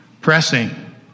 Pressing